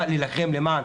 בא להילחם למען